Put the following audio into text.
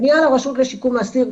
פניה לרשות לשיקום האסיר,